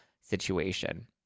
situation